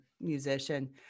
musician